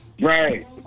Right